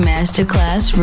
Masterclass